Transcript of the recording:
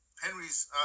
Henry's